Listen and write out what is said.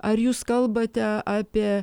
ar jūs kalbate apie